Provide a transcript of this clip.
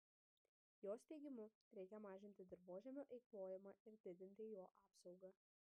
jos teigimu reikia mažinti dirvožemio eikvojimą ir didinti jo apsaugą